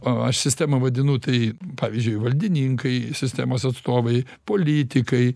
o aš sistemą vadinu tai pavyzdžiui valdininkai sistemos atstovai politikai